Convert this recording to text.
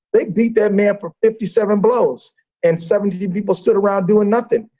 they beat that man for fifty seven blows and seventeen people stood around doing nothing.